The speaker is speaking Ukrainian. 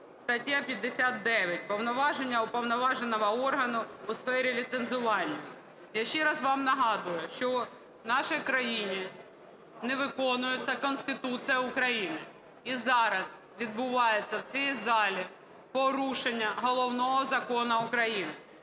Стаття 59 "Повноваження Уповноваженого органу у сфері ліцензування". Я ще раз вам нагадую, що у нашій країні не виконується Конституція України. І зараз відбувається в цій залі порушення головного Закону України,